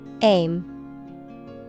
Aim